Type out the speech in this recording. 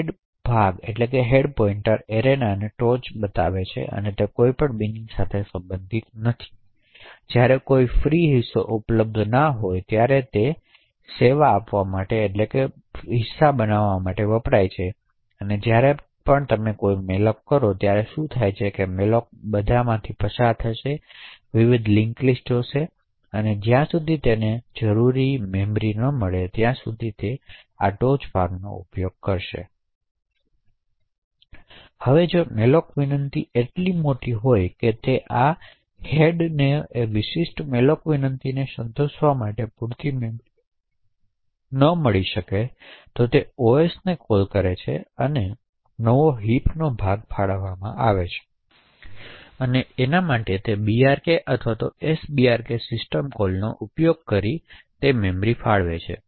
ટોચનો ભાગ એરેનાની ટોચ પર છે અને તે કોઈપણ બિનિંગ સાથે સંબંધિત નથી તેથી જ્યારે કોઈ ફ્રી હિસ્સો ઉપલબ્ધ ન હોય ત્યારે તે સેવા વિનંતીઓ માટે વપરાય છે તેથી જ્યારે પણ તમે કોઈ મેલોક કરો ત્યારે શું થાય છે કે મેલોક બધાથી પસાર થઈ જશે વિવિધ લિંક્સ લિસ્ટ અને જો તેને મળે કે ત્યાં કોઈ તક નથી કે જે આ લિંકમાંથી કોઈપણમાં ઉપલબ્ધ છે જે તે વિશિષ્ટ મેલોક વિનંતીને સંતોષી શકે છે તો ટોચનો ભાગ લેવામાં આવે છે હવે જો મેલોક વિનંતી એટલી મોટી હતી કે ટોચની ભાગમાં પણ તે વિશિષ્ટ મેલોક વિનંતીને સંતોષવા માટે પૂરતી મેમરી ન હોય તો ઓએસનો ઉપયોગ કરવામાં આવે છે અને હિપનો ભાગ ફાળવવામાં આવે છે તેથી આ brk અથવા sbrk સિસ્ટમ કોલ્સ નો ઉપયોગ કરીને તે કરવામાં આવે છે